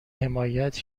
حمایت